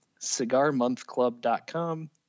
CigarMonthClub.com